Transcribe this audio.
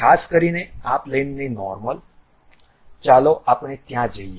ખાસ કરીને આ પ્લેનને નોર્મલ ચાલો આપણે ત્યાં જઈએ